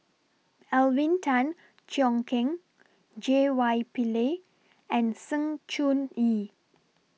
Alvin Tan Cheong Kheng J Y Pillay and Sng Choon Yee